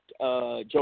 Joe